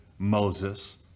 Moses